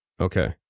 Okay